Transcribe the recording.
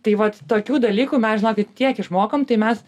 tai vat tokių dalykų mes žinokit tiek išmokom tai mes